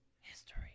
History